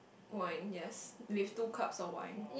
wine yes with two cups of wine